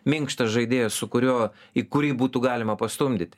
minkštas žaidėjas su kuriuo į kurį būtų galima pastumdyti